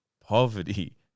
poverty